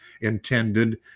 intended